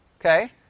Okay